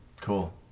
Cool